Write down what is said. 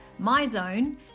MyZone